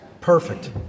Perfect